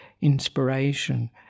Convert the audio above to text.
inspiration